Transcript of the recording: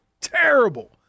terrible